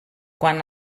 quan